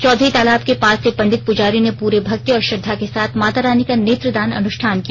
चौधरी तालाब के पास से पंडित पुजारियों ने पूरे भक्ति और श्रद्धा के साथ मातारानी का नेत्रदान अनुष्ठान किया